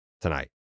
tonight